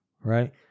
Right